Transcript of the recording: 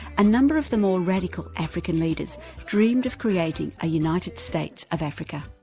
a number of the more radical african leaders dreamed of creating a united states of africa.